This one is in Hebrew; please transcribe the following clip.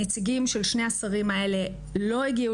הנציגים של שני השרים האלה לא הגיעו